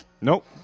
Nope